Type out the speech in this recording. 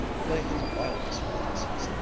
play his wildest fantasies,